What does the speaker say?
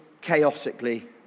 chaotically